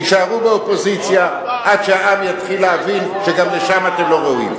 תישארו באופוזיציה עד שהעם יתחיל להבין שגם לשם אתם לא ראויים.